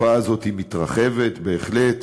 התופעה זאת מתרחבת בהחלט,